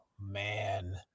Man